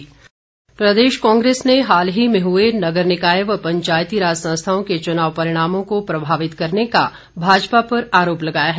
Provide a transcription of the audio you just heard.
राठौर प्रदेश कांग्रेस ने हाल ही में हुए नगर निकाय व पंचायतीराज संस्थाओं के चुनाव परिणामों को प्रभावित करने का भाजपा पर आरोप लगाया है